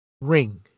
ring